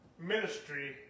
ministry